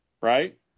right